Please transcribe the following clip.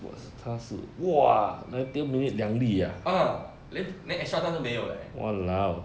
ah late then extra 他都没有 leh